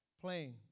Playing